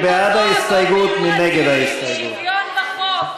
שלי יחימוביץ, סתיו שפיר, איציק שמולי,